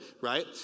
right